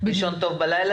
הכרחי,